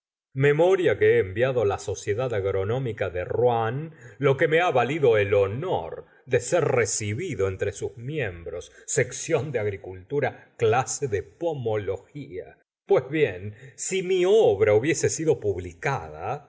memoria que he enviado á la sociedad agronómica de rouen lo que me ha valido el honor de ser recibido entre sus miembros sección de agricultura clase de pomología pues bien si mi obra hubiese sido publicada